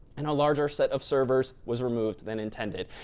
and a larger set of servers was removed than intended.